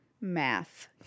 Math